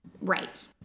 Right